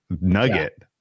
nugget